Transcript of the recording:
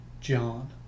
John